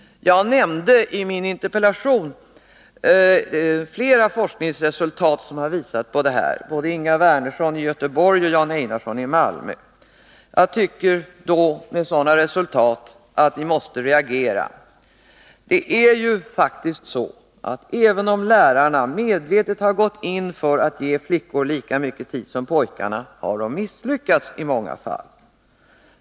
Jag nämnde i min interpellation flera forskningsresultat som har visat detta, bl.a. forskningar som har gjorts av Inga Wernersson i Göteborg och Jan Einarsson i Malmö. När sådana forskningsresultat kommer fram måste vi reagera. Det är ju faktiskt så att även om lärarna medvetet har gått in för att försöka ge flickor lika mycket tid som pojkarna, har de i många fall misslyckats.